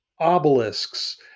obelisks